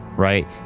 right